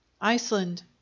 Iceland